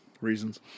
reasons